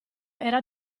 era